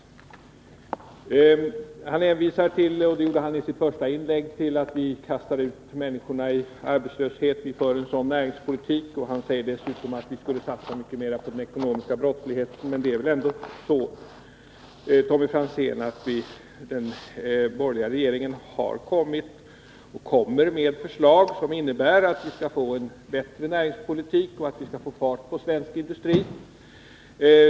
Tommy Franzén hänvisade redan i sitt första inlägg till att vi för en sådan näringspolitik att vi kastar ut människorna i arbetslöshet. Han säger dessutom att vi borde satsa mycket mer på att bekämpa den ekonomiska brottsligheten. Men det är väl ändå så, Tommy Franzén, att den borgerliga regeringen har lagt fram och kommer att lägga fram förslag som innebär att vi skall få en bättre näringspolitik och att vi skall få fart på svensk industri.